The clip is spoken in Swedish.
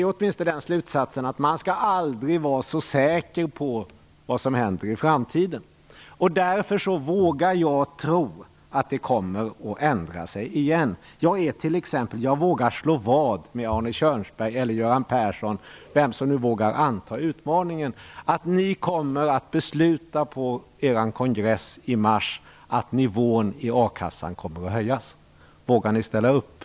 Av detta drar jag slutsatsen att man aldrig skall vara säker på vad som händer i framtiden. Därför vågar jag tro att det kommer att ändra sig igen. Jag vågar slå vad med Arne Kjörnsberg eller Göran Persson, vem som nu vågar anta utmaningen, att ni på er kongress i mars kommer att besluta att nivån i a-kassan skall höjas. Vågar ni ställa upp?